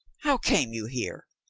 how came you here?